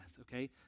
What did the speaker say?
okay